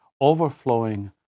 overflowing